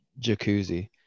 jacuzzi